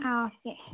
ആ ഓക്കെ